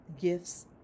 gifts